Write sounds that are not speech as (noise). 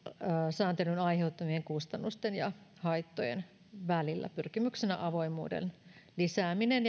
sääntelyn aiheuttamien kustannusten ja haittojen välillä pyrkimyksenä avoimuuden lisääminen (unintelligible)